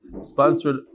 sponsored